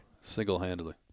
Single-handedly